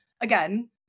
again